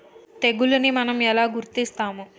తెగులుని మనం ఎలా గుర్తిస్తాము?